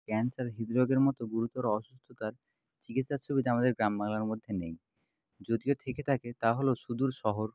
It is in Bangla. ক্যান্সার হৃদরোগের মতো গুরুতর অসুস্থতার চিকিৎসার সুবিধা আমাদের গ্রাম বাংলার মধ্যে নেই যদিও থেকে থাকে তা হল সুদূর শহর